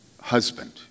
husband